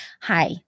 Hi